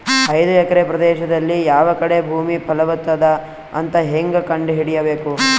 ಐದು ಎಕರೆ ಪ್ರದೇಶದಲ್ಲಿ ಯಾವ ಕಡೆ ಭೂಮಿ ಫಲವತ ಅದ ಅಂತ ಹೇಂಗ ಕಂಡ ಹಿಡಿಯಬೇಕು?